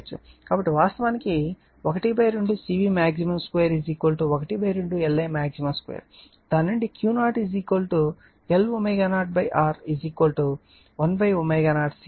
కాబట్టి వాస్తవానికి 12 CVmax2 12 LImax2 దాని నుండి Q0 L ω0 R 1 ω0CR